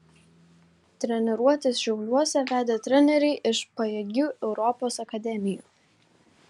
treniruotes šiauliuose vedė treneriai iš pajėgių europos akademijų